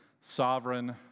Sovereign